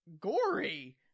gory